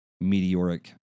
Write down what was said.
meteoric